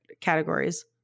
categories